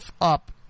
up